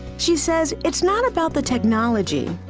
she says, it's not about the technology.